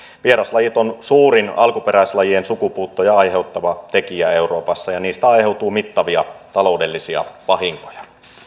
vieraslajit ovat suurin alkuperäislajien sukupuuttoja aiheuttava tekijä euroopassa ja niistä aiheutuu mittavia taloudellisia vahinkoja